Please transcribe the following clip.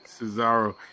Cesaro